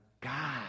God